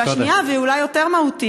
והשנייה, והיא אולי יותר מהותית: